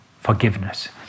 forgiveness